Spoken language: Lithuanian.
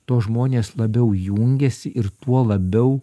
tuo žmonės labiau jungiasi ir tuo labiau